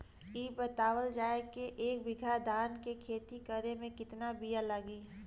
इ बतावल जाए के एक बिघा धान के खेती करेमे कितना बिया लागि?